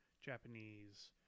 Japanese